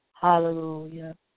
hallelujah